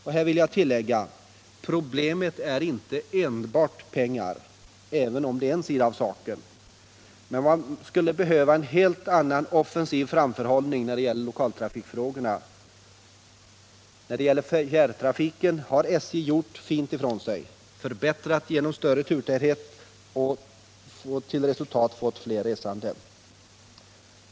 Jag vill tillägga: Problemet är inte enbart bristen på pengar, även om det är en sida av saken. Vad man skulle behöva är en helt annan offensiv framförhållning också i lokaltrafikfrågorna. När det gäller fjärrtrafiken har SJ gjort utomordentligt fint ifrån sig — förbättrat genom en större turtäthet och till resultat fått fler resande.